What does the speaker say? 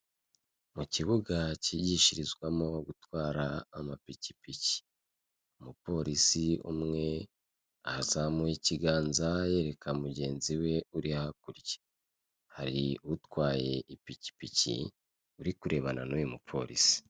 Mu kibuga cyigishirizwamo gutwara amapikipiki, umupolisi umwe azamuye ikiganza yereka mugenzi we uri hakurya. Hari utwaye ipikipiki uri kurebana n'uyu mupolisi.